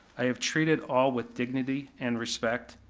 i have treated all with dignity and respect,